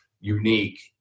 unique